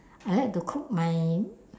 I like to cook my